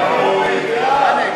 כהצעת הוועדה,